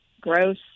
gross